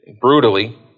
brutally